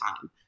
time